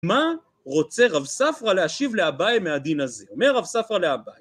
מה רוצה רב ספרא להשיב לאביי מהדין הזה אומר רב ספרא לאביי